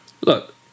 look